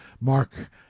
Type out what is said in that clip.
Mark